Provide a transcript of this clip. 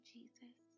Jesus